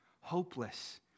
hopeless